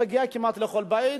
מגיע כמעט לכל בית.